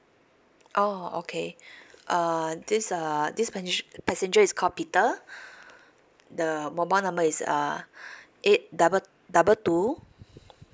oh okay uh this uh this pass~ passenger is called peter the mobile number is uh eight double double two